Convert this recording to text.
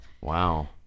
wow